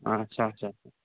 اچھا اچھا اچھا